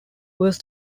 was